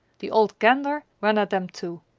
the old gander ran at them too.